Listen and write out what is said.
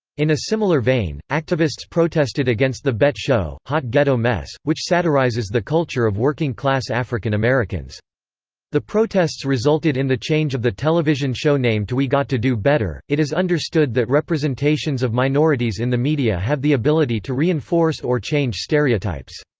in a similar vein, activists protested against the bet show, show, hot ghetto mess, which satirizes the culture of working-class african-americans. the protests resulted in the change of the television show name to we got to do better it is understood that representations of minorities in the media have the ability to reinforce or change stereotypes.